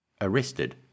arrested